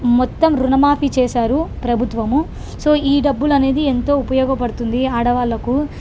మొత్తం రుణ మాఫీ చేసారు ప్రభుత్వము సో ఈ డబ్బులు అనేది ఎంతో ఉపయోగపడుతుంది ఆడవాళ్ళకు